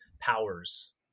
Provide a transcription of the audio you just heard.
powers